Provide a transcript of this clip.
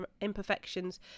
imperfections